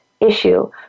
issue